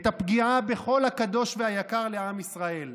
את הפגיעה בכל הקדוש והיקר לעם ישראל,